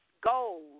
goals